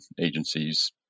agencies